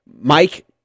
Mike